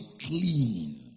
clean